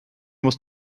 muss